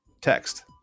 text